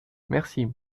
merci